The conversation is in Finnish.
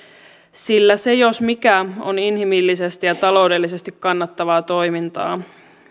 sillä se jos mikä on inhimillisesti ja taloudellisesti kannattavaa toimintaa